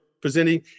presenting